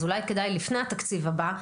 אז אולי כדאי לפני התקציב הבא,